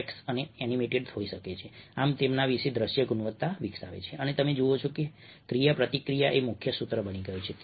texts પણ animated હોઈ શકે છે આમ તેમના વિશે દ્રશ્ય ગુણવત્તા વિકસાવે છે અને તમે જુઓ છો કે ક્રિયાપ્રતિક્રિયા એ મુખ્ય સૂત્ર બની ગયું છે